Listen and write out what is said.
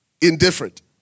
indifferent